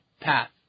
path